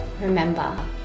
Remember